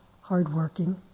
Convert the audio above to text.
hardworking